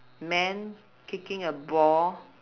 man kicking a ball